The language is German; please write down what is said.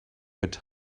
mit